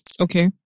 Okay